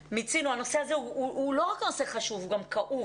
הנושא הזה הוא לא רק נושא חשוב, הוא גם כאוב.